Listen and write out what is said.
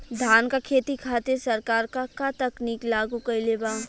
धान क खेती खातिर सरकार का का तकनीक लागू कईले बा?